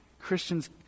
Christians